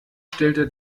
stellte